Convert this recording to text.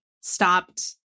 stopped